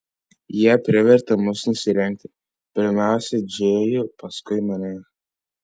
jie privertė mus nusirengti pirmiausia džėjų paskui mane